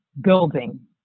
building